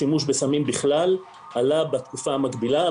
השימוש בסמים בכלל עלה בתקופה המקבילה.